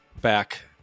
back